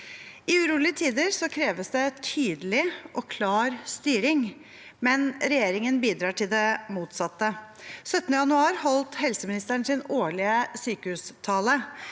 I urolige tider kreves det tydelig og klar styring, men regjeringen bidrar til det motsatte. Den 17. januar holdt helseministeren sin årlige sykehustale.